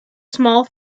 small